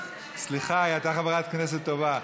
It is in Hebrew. סליחה, היא הייתה חברת כנסת טובה.